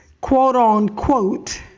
quote-unquote